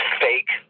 fake